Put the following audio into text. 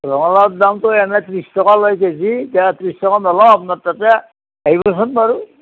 ৰঙালাওৰ দাম এনেইতো ত্ৰিছ টকা লয় কেজি দিয়ক ত্ৰিছ টকা নলওঁ আপোনাৰ তাতে আহিবচোন বাৰু